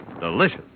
delicious